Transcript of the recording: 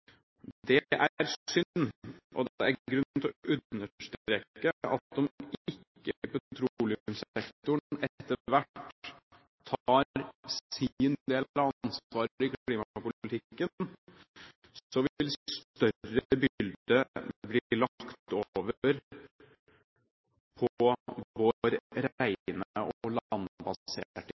og det er grunn til å understreke at om ikke petroleumssektoren etter hvert tar sin del av ansvaret i klimapolitikken, vil større byrde bli lagt over på vår rene og